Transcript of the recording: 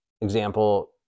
example